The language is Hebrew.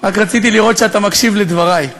רק רציתי לראות שאתה מקשיב לדברי.